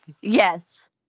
Yes